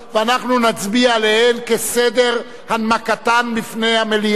ואנחנו נצביע עליהן כסדר הנמקתן בפני המליאה,